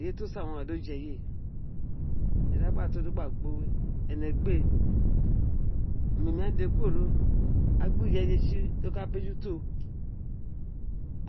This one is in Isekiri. eye to san o gha oje ẹye we ẹnẹ gbi éè omémi mí ghaan dèdè kuworo a gbi ireye tsi dí o ka o ka gbeyun to